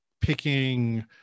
picking